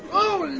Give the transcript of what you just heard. oh